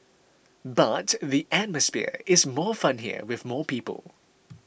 but the atmosphere is more fun here with more people